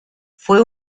fue